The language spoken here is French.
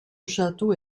château